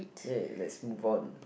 yay let's move on